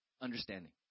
understanding